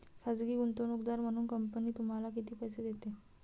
खाजगी गुंतवणूकदार म्हणून कंपनी तुम्हाला किती पैसे देते?